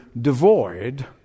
devoid